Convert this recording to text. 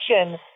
action